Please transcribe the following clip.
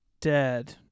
dead